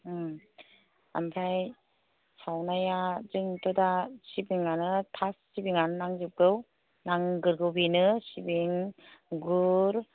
ओमफ्राय सावनाया जोंथ' दा सिबिंआनो फार्स्ट सिबिंआनो नांजोबगौ नांग्रोगौ बेनो सिबिं गुर